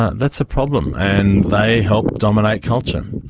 ah that's a problem, and they help dominate culture.